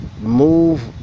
move